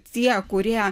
tie kurie